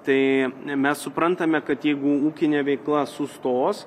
tai mes suprantame kad jeigu ūkinė veikla sustos